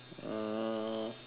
hmm